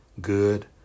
good